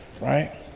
right